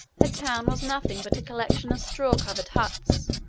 a town was nothing but a collection of straw-covered huts,